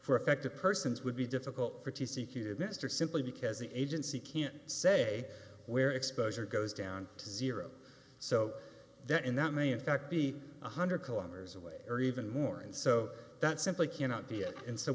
for affected persons would be difficult for t c k to mr simply because the agency can't say where exposure goes down to zero so that and that may in fact be one hundred kilometers away or even more and so that simply cannot be it and so